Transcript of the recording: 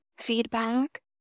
feedback